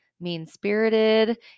mean-spirited